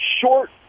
short